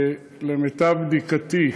למיטב בדיקתי,